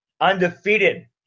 undefeated